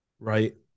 Right